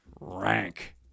Rank